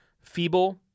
Feeble